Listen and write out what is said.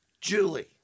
Julie